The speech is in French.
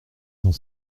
dans